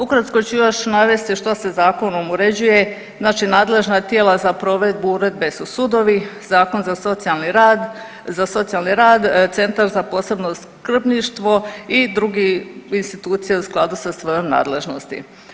Ukratko ću još navesti što se Zakonom uređuje, znači nadležna tijela za provedbu Uredbe su sudovi, zakon za socijalni rad, za socijalni rad, Centar za posebno skrbništvo i drugi institucije u skladu sa svojom nadležnosti.